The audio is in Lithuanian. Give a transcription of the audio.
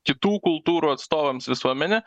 kitų kultūrų atstovams visuomenė